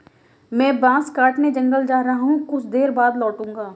मैं बांस काटने जंगल जा रहा हूं, कुछ देर बाद लौटूंगा